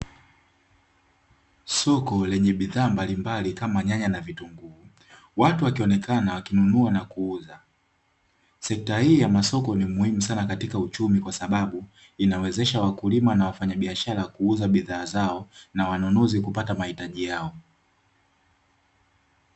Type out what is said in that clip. Soko lenye bidhaa mbalimbali kama nyanya na kitunguu, watu wakionekana wakinunua na kuuza. Sekta hii ya masoko ni muhimu sana katika uchumi, kwa sababu inawezesha wakulima na wafanyabiashara kuuza bidhaa zao na wanunuzi kupata mahitaji yao.